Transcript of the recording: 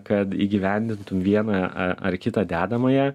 kad įgyvendintum vieną ar kitą dedamąją